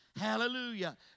Hallelujah